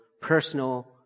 personal